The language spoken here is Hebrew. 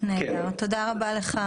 אם תלכו בכיוון